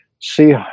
see